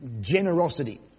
generosity